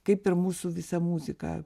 kaip ir mūsų visą muziką